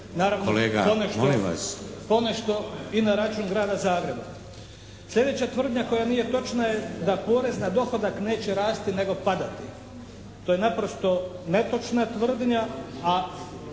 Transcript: naravno ponešto i na račun Grada Zagreba. Sljedeća tvrdnja koja nije točna je da porez na dohodak neće rasti nego padati. To je naprosto netočna tvrdnja, a